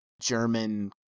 German